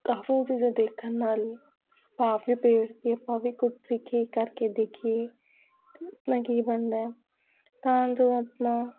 ਕਾਫੀ ਚੀਜ਼ਾਂ ਦੇਖਣ ਨਾਲ ਪਾ ਕੇ ਅਤੇ ਅਤੇ ਆਪਾਂ ਵੀ ਕੁਝ ਸਿੱਖੀਏ ਕਰਕੇ ਦੇਖੀਏ ਤਾਂ ਇਸ ਨਾਲ ਕੀ ਬਣਦਾ ਤਾਂ ਜੋ ਆਪਣਾ